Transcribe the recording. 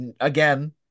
again